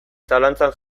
zalantzan